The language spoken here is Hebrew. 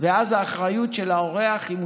ואז האחריות היא של האורח.